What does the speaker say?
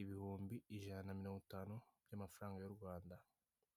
ibihumbi ijana na mirongo itanu by'amafaranga y'u Rwanda.